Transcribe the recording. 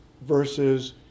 versus